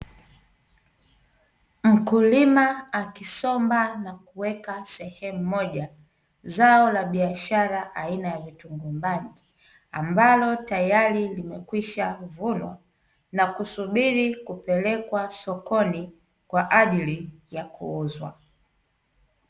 Mkulima akisomba na kuweka sehemu moja, zao la biashara aina ya vitunguu maji, ambalo tayari limeshavunwa na kusubiri kupelekwa sokoni kwajili ya kuuzwa.